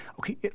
okay